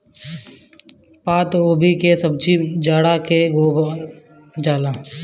पातगोभी के सब्जी जाड़ा में बोअल जाला